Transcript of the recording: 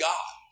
God